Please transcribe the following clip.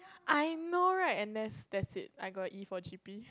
I know right and that's that's it I got E for G_P